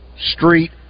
Street